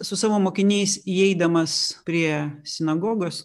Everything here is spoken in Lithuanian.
su savo mokiniais įeidamas prie sinagogos